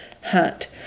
hat